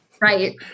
Right